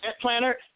planner